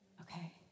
Okay